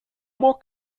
more